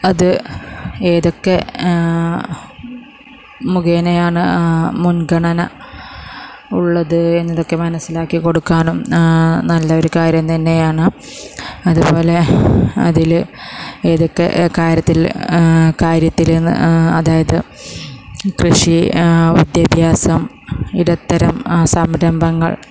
അത് ഏതൊക്കെ മുഖേനയാണ് മുൻഗണന ഉള്ളത് എന്നതൊക്കെ മനസ്സിലാക്കി കൊടുക്കാനും ആ നല്ലൊരു കാര്യം തന്നെയാണ് അതുപോലെ അതിൽ ഏതൊക്കെ കാര്യത്തിൽ കാര്യത്തിൽ അതായത് കൃഷി വിദ്യാഭ്യാസം ഇടത്തരം ആ സംരംഭങ്ങൾ